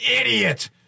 idiot